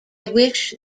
wish